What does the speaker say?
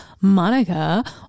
monica